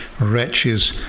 wretches